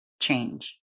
change